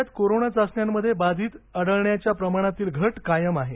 राज्यात कोरोना चाचण्यांमध्ये बाधित आढळण्याच्या प्रमाणातली घट कायम आहे